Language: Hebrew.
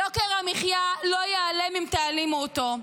יוקר המחיה לא ייעלם אם תעלימו אותו.